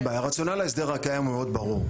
אין בעיה, הרציונל להסדר הקיים הוא מאוד ברור.